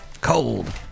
Cold